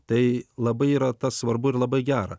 tai labai yra tas svarbu ir labai gera